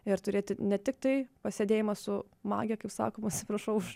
ir turėti ne tiktai pasedėjimą su magija kaip sakoma atsiprašau už